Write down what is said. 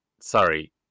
Sorry